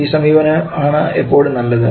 ഈ സമീപനം ആണ് എപ്പോഴും നല്ലത്